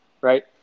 right